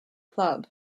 club